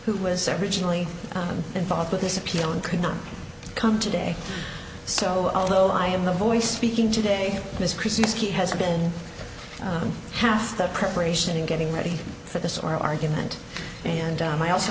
who was originally involved with this appeal and could not come today so although i am the voice speaking today on this christmas he has been on half the preparation in getting ready for this or argument and i also